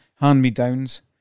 hand-me-downs